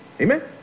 Amen